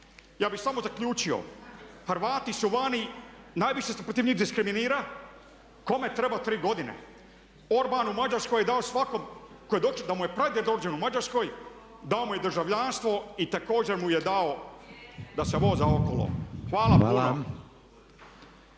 Ja bih samo zaključio, Hrvati su vani najviše se protiv njih diskriminira, kome treba tri godine? Orban u Mađarskoj je dao svakom kome je pradjed rođen u Mađarskoj dao mu je državljanstvo i također mu je dao da se voza okolo. Hvala puno.